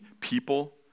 people